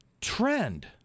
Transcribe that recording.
trend